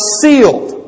sealed